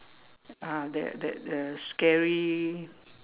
ah that that uh scary